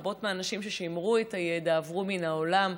רבות מהנשים ששימרו את הידע עברו מן העולם.